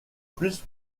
plus